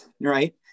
right